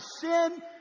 sin